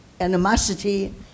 animosity